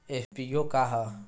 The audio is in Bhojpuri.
एफ.पी.ओ का ह?